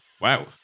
wow